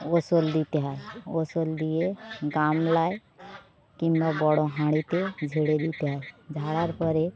ওসল দিতে হয় ওসল দিয়ে গামলায় কিংবা বড় হাঁড়িতে ঝেড়ে দিতে হয় ঝাড়ার পরে